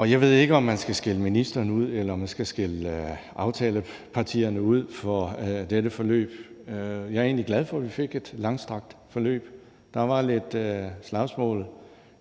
Jeg ved ikke, om man skal skælde ministeren ud, eller om man skal skælde aftalepartierne ud for dette forløb. Jeg er egentlig glad for, at vi fik et langstrakt forløb. Der var lidt slagsmål